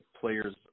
players